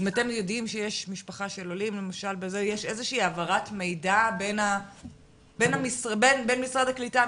יש איזושהי העברת מידע בין משרד הקליטה,